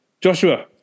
Joshua